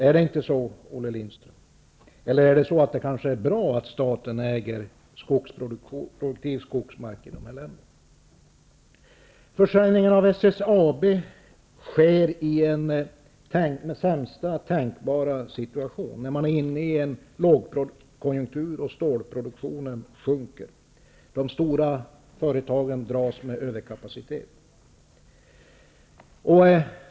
Är det inte så, Olle Lindström? Eller är det kanske bra att staten äger produktiv skogsmark i de här länderna? Försäljningen av SSAB sker i sämsta tänkbara situation, när man är inne i en lågkonjunktur och stålproduktionen sjunker. De stora företagen dras med överkapacitet.